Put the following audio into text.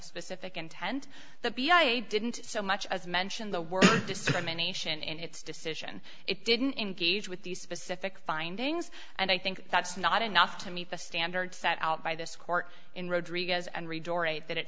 specific intent the be i didn't so much as mention the word discrimination in its decision it didn't engage with these specific findings and i think that's not enough to meet the standards set out by this court in rodriguez and